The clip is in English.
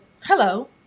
hello